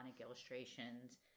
illustrations